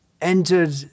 entered